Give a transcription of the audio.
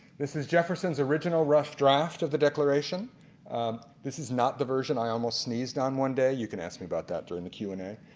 this is jefferson's original rough draft of the declaration and this is not the version i almost sneezed on one day you can ask me about that during the q and a